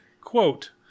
Quote